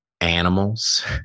animals